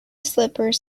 slippers